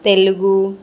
Telugu